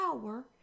power